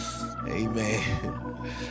Amen